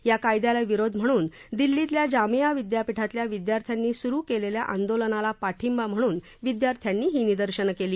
या कायद्याला विरोध म्हणून दिल्लीतल्या जामिया विद्यापीठाल्या विद्यार्थ्यांनी सुरु केलेल्या आंदोलनाला पाठिंबा म्हणून विद्यार्थ्यांनी ही निदर्शनं केली